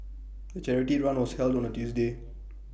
the charity run was held on A Tuesday